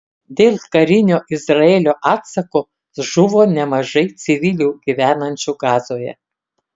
dėl karinio izraelio atsako žuvo nemažai civilių gyvenančių gazoje